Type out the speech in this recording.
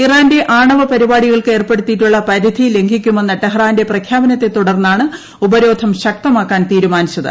ഇറാന്റെ ആണവ പരിപാടി കൾക്ക് ഏർപ്പെടുത്തിയിട്ടുള്ള പരിധി ലംഘിക്കുമെന്ന ടെഹറാന്റെ പ്രഖ്യാപനത്തെത്തുടർന്നാണ് ഉപരോധം ശക്തമാക്കാൻ തീരുമാനിച്ച ത്